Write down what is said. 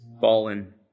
fallen